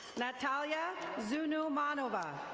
natalia zunu montoba.